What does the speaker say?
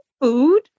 food